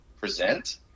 present